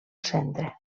centre